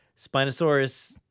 Spinosaurus